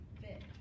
fit